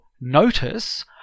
notice